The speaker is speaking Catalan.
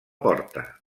porta